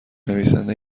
نویسنده